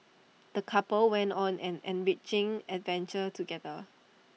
the couple went on an enriching adventure together